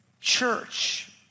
church